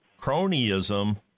cronyism